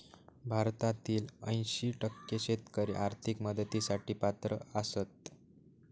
भारतातील ऐंशी टक्के शेतकरी आर्थिक मदतीसाठी पात्र आसत